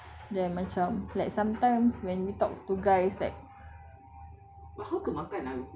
you nak jaga macam mana nak makan then macam like sometimes when we talk to guys like